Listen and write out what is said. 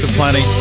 plenty